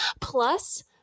Plus